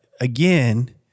again